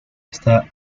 esta